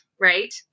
Right